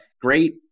great